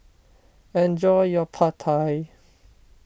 enjoy your Pad Thai